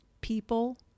people